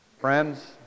Friends